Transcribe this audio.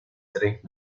tres